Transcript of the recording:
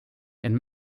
and